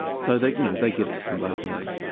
so they you know they get it from both ends.